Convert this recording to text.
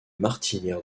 martinière